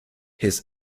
his